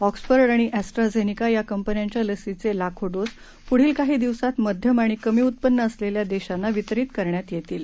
ऑक्सफर्डआणिऍस्ट्राझेनिकायाकंपन्यांच्यालसींचेलाखोडोस पुढीलकाहीदिवसांतमध्यमआणिकमीउत्पन्नअसलेल्या देशांनावितरितकरण्यातयेतील